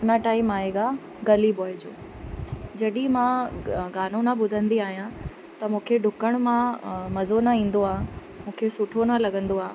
अपना टाइम आएगा गली ब्वॉय जो जॾहिं मां ग गानो न ॿुधंदी आहियां त मूंखे ॾुकणु मां मज़ो न ईंदो आहे मूंखे सुठो न लॻंदो आहे